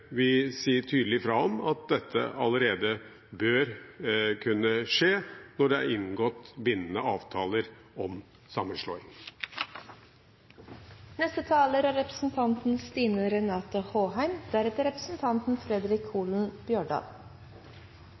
vi si tydelig fra om at dette bør kunne skje allerede når det er inngått bindende avtaler om